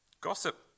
Gossip